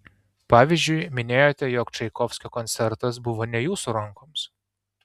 pavyzdžiui minėjote jog čaikovskio koncertas buvo ne jūsų rankoms